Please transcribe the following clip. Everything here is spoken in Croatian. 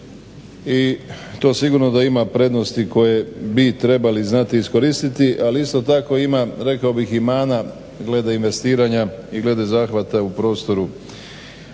i to sigurno da ima prednosti koje bi trebali znati iskoristiti ali isto tako ima rekao bih i mana glede investiranja i glede zahvata u prostoru.